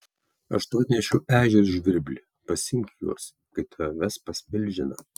aš tau atnešiau ežį ir žvirblį pasiimk juos kai tave ves pas milžiną